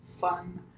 fun